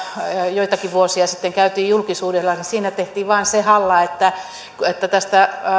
joitakin vuosia sitten käytiin julkisuudessa tehtiin vain se halla että tästä